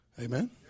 Amen